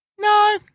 No